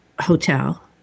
hotel